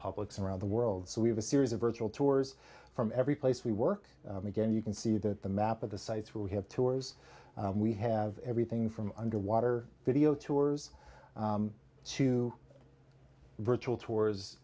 public and around the world so we have a series of virtual tours from every place we work again you can see that the map of the sites where we have tours we have everything from underwater video tours to virtual tours